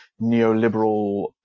neoliberal